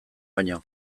baino